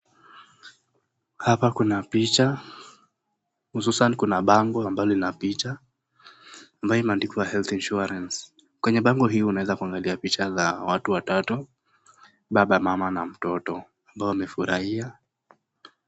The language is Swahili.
Hapa kuna picha. Hususan kuna bango ambalo lina picha ambayo imeandikwa health insurance . Kwenye bango hii unaweza kuangalia picha za watu watatu, baba, mama na mtoto ambao wamefurahia.